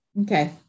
Okay